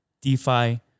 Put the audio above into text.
DeFi